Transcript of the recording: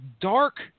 dark